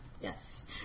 Yes